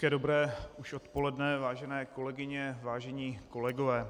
Hezké dobré už odpoledne, vážené kolegyně, vážení kolegové.